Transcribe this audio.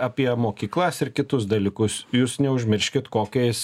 apie mokyklas ir kitus dalykus jūs neužmirškit kokią jis